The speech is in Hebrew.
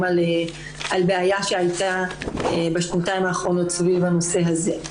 על בעיה שהייתה בשנתיים האחרונות סביב הנושא הזה.